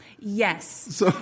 Yes